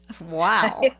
Wow